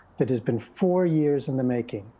that has been four years in the making.